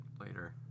later